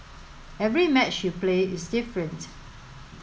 every match you play is different